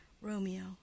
Romeo